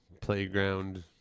playground